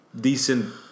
decent